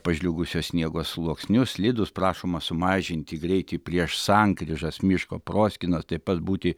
pažliugusio sniego sluoksniu slidūs prašoma sumažinti greitį prieš sankryžas miško proskynas taip pat būti